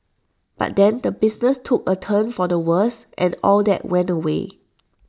but then the business took A turn for the worse and all that went away